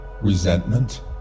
Resentment